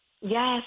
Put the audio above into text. Yes